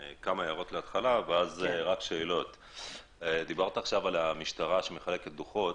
דברת על המשטרה שמחלקת דוחות,